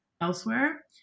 elsewhere